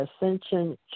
Ascension